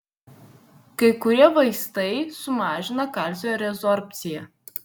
kai kurie vaistai sumažina kalcio rezorbciją